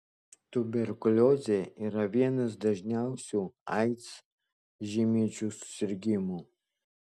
tuberkuliozė yra vienas dažniausių aids žyminčių susirgimų